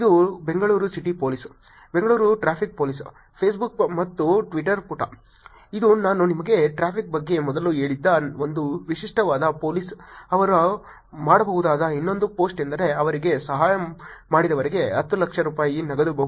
ಇದು Bengaluru city police Bengaluru traffic police Facebook ಮತ್ತು Twitter ಪುಟ ಇದು ನಾನು ನಿಮಗೆ ಟ್ರಾಫಿಕ್ ಬಗ್ಗೆ ಮೊದಲೇ ಹೇಳಿದ್ದ ಒಂದು ವಿಶಿಷ್ಟವಾದ ಪೋಲಿಸ್ ಅವರು ಮಾಡಬಹುದಾದ ಇನ್ನೊಂದು ಪೋಸ್ಟ್ ಎಂದರೆ ಅವರಿಗೆ ಸಹಾಯ ಮಾಡಿದವರಿಗೆ 10 ಲಕ್ಷ ರೂಪಾಯಿ ನಗದು ಬಹುಮಾನ